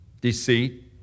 deceit